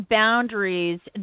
boundaries